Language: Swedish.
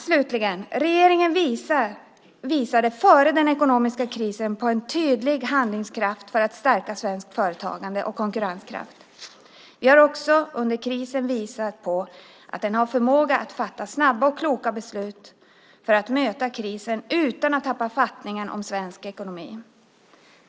Slutligen: Regeringen visade före den ekonomiska krisen på en tydlig handlingskraft för att stärka svenskt företagande och svensk konkurrenskraft. Regeringen har också under krisen visat att den har förmåga att fatta snabba och kloka beslut för att möta krisen utan att tappa fattningen om svensk ekonomi.